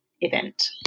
event